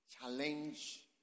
challenge